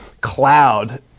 cloud